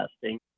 testing